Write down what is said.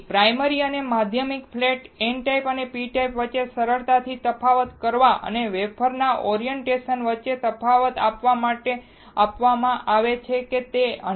તેથી પ્રાથમિક અને માધ્યમિક ફ્લેટ્સ એન ટાઇપ અને પી ટાઇપ વચ્ચે સરળતાથી તફાવત કરવા અને વેફર ના ઓરિએંટશન વચ્ચે તફાવત આપવા માટે આપવામાં આવે છે કે તે 100 છે કે પછી 111 છે